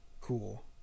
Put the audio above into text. cool